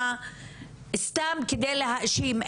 סתם כדי להאשים,